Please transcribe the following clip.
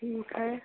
ठीक है